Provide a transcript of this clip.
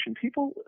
People